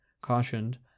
cautioned